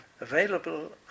available